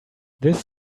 this